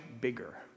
bigger